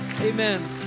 Amen